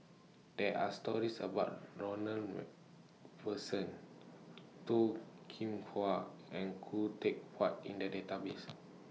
There Are stories about Ronald Wet Person Toh Kim Hwa and Khoo Teck Puat in The Database